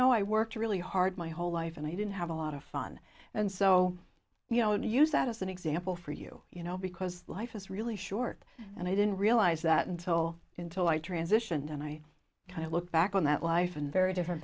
know i worked really hard my whole life and i didn't have a lot of fun and so you know to use that as an example for you you know because life it's really short and i didn't realize that until until i transitioned and i kind of look back on that life and very different